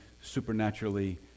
supernaturally